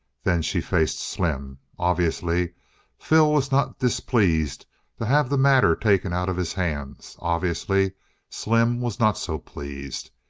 then she faced slim. obviously phil was not displeased to have the matter taken out of his hands obviously slim was not so pleased.